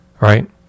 right